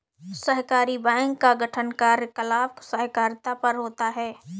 सहकारी बैंक का गठन कार्यकलाप सहकारिता पर होता है